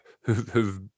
who've